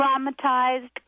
traumatized